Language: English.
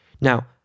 Now